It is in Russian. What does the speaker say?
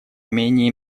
менее